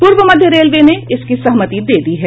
पूर्व मध्य रेलवे ने इसकी सहमति दे दी है